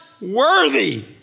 worthy